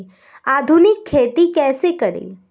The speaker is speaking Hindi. आधुनिक खेती कैसे करें?